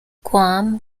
guam